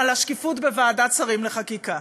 על השקיפות בוועדת שרים לחקיקה.